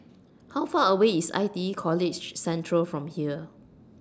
How Far away IS I T E College Central from here